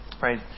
right